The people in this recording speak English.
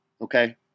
Okay